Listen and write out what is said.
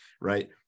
right